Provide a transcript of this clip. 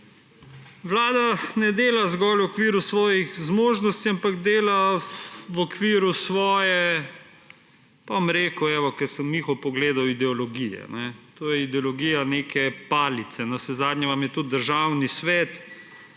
Vlada ne dela zgolj v okviru svojih zmožnosti, ampak dela v okviru svoje, pa bom rekel evo, ker sem Miho pogledal, ideologije. To je ideologija neke palice. Navsezadnje vam je tudi Državni svet